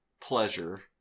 pleasure